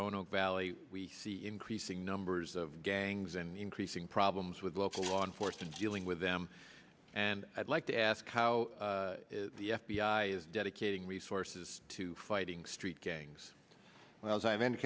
roanoke valley we see increasing numbers of gangs and increasing problems with local law enforcement dealing with them and i'd like to ask how the f b i is dedicating resources to fighting street gangs